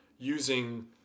using